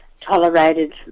tolerated